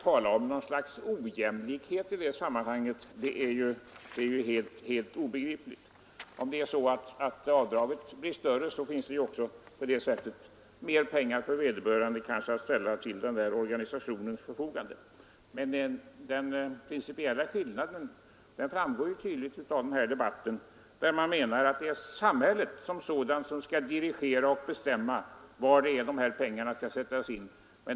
Talet om något slags ojämlikhet i det sammanhanget är helt obegripligt. Om avdraget blir större kan vederbörande kanske ställa mer pengar till organisationens förfogande. Den principiella åsiktsskillnaden framgår tydligt av den här debatten. Man menar att det är samhället som sådant som skall dirigera och bestämma var pengarna skall sättas in.